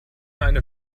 eine